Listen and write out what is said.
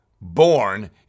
born